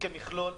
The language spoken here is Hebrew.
כמכלול,